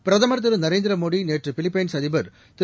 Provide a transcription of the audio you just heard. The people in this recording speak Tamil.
பிரதமர் திரு நரேந்திரமோடிநேற்றுபிலிப்பைன்ஸ் அதிபர் திரு